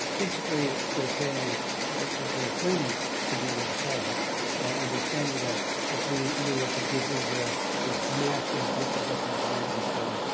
basically, they're saying they're claiming to be undecided and they're saying that if we you were to give israel these massive bunker buster bombs and so on,